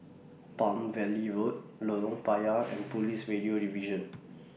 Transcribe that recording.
Palm Valley Road Lorong Payah and Police Radio Division